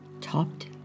topped